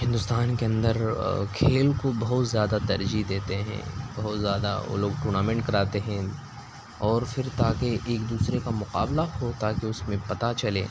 ہندوستان کے اندر کھیل کو بہت زیادہ ترجیح دیتے ہیں بہت زیادہ وہ لوگ ٹورنامنٹ کراتے ہیں اور پھر تاکہ ایک دوسرے کا مقابلہ ہو تاکہ اس میں پتہ چلے